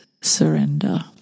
surrender